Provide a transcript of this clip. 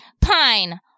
Pine